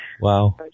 Wow